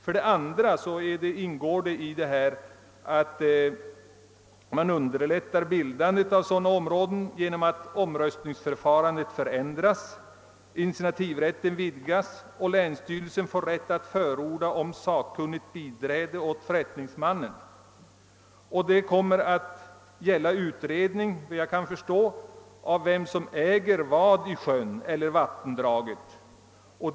För det andra ingår i propositionens förslag att man underlättar bildandet av fiskevårdsområden genom att omröstningsförfarandet förändras, initiativrätten vidgas och länsstyrelsen får rätt att förorda om sakkunnigt biträde åt förrättningsmannen. Det blir, såvitt jag förstår, därvid fråga om en utredning om vem som äger vad i sjön eller vattendraget.